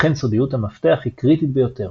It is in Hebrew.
לכן סודיות המפתח היא קריטית ביותר.